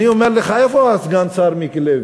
אני אומר לך, איפה סגן השר מיקי לוי?